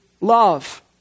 love